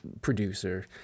producer